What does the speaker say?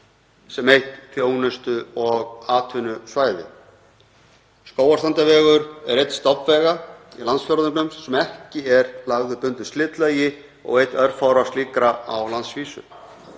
sem eitt þjónustu- og atvinnusvæði. Skógarstrandarvegur er einn stofnvega í landsfjórðungnum sem ekki er lagður bundnu slitlagi og einn örfárra slíkra á landsvísu.